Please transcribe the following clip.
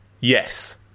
Yes